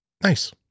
Nice